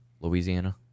Louisiana